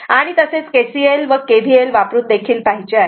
आणि तसेच KCL व KVL वापरून देखील पाहायचे आहे